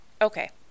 Okay